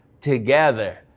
together